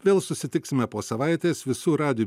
vėl susitiksime po savaitės visų radij